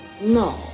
No